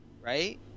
right